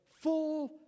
full